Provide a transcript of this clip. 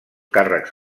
càrrecs